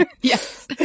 Yes